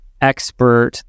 expert